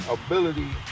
ability